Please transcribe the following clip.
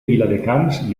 viladecans